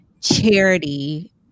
charity